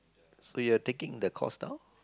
so you're taking the course now